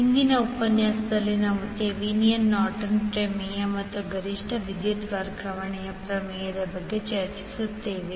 ಇಂದಿನ ಉಪನ್ಯಾಸದಲ್ಲಿ ನಾವು ಥೆವೆನಿನ್ ನಾರ್ಟನ್ ಪ್ರಮೇಯThevenin's Norton's theorem ಮತ್ತು ಗರಿಷ್ಠ ವಿದ್ಯುತ್ ವರ್ಗಾವಣೆ ಪ್ರಮೇಯದ ಬಗ್ಗೆ ಚರ್ಚಿಸುತ್ತೇವೆ